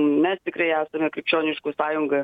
mes tikrai esame krikščioniškų sąjunga